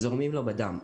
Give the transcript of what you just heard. זורמים לו בדם.